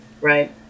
right